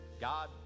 God